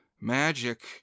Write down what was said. magic